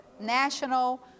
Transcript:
national